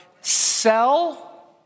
Sell